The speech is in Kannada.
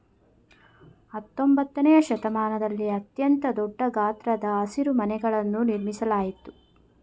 ಹತ್ತೊಂಬತ್ತನೆಯ ಶತಮಾನದಲ್ಲಿ ಅತ್ಯಂತ ದೊಡ್ಡ ಗಾತ್ರದ ಹಸಿರುಮನೆಗಳನ್ನು ನಿರ್ಮಿಸಲಾಯ್ತು